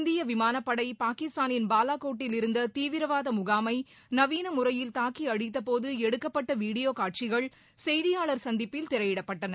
இந்திய விமானப்படை பாகிஸ்தானின் பாலகோட்டில் இருந்த தீவிரவாத முகாமை நவீன முறையில் தாக்கி அழித்தபோது எடுக்கப்பட்ட வீடியோ காட்சிகள் செய்தியாளர் சந்திப்பில் திரையிடப்பட்டன